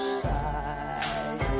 side